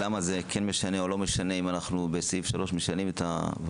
למה זה משנה או לא משנה אם בסעיף 3 משנים את הפרט?